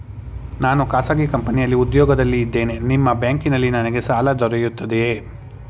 ನಾನು ಖಾಸಗಿ ಕಂಪನಿಯಲ್ಲಿ ಉದ್ಯೋಗದಲ್ಲಿ ಇದ್ದೇನೆ ನಿಮ್ಮ ಬ್ಯಾಂಕಿನಲ್ಲಿ ನನಗೆ ಸಾಲ ದೊರೆಯುತ್ತದೆಯೇ?